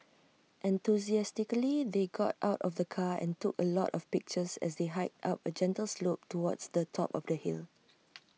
enthusiastically they got out of the car and took A lot of pictures as they hiked up A gentle slope towards the top of the hill